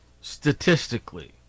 statistically